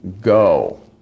go